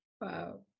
wow